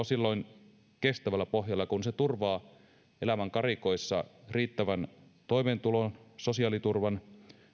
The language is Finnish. silloin kestävällä pohjalla kun se turvaa elämän karikoissa riittävän toimeentulon sosiaaliturvan